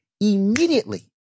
immediately